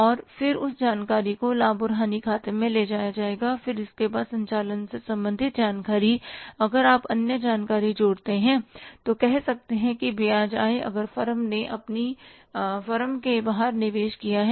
और फिर उस जानकारी को लाभ और हानि खाते में ले जाया जाएगा और इसके अलावा संचालन से संबंधित जानकारी अगर आप अन्य जानकारी जोड़ते हैं तो कह सकते हैं ब्याज आय अगर फर्म ने अपनी फर्म के बाहर निवेश किया है